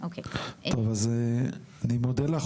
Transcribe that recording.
אני מודה לך,